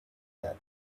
that